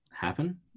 happen